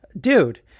dude